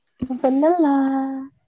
Vanilla